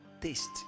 taste